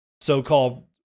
so-called